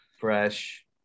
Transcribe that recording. fresh